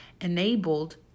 enabled